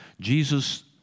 Jesus